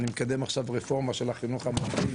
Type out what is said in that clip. אני מקדם עכשיו רפורמה של החינוך הממלכתי,